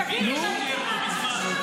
תגיד לי,